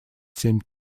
семь